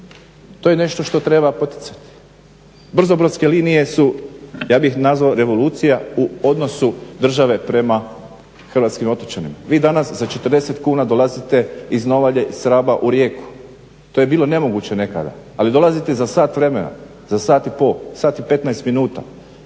To je nešto što treba poticati. Brzobrodske linije su ja bih nazvao revolucija u odnosu države prema hrvatskim otočanima. Vi danas za 40 kuna dolazite iz Novalje s Raba u Rijeku. To je bilo nemoguće nekada, ali dolazite za sat vremena, sat i po, sat i 15 minuta.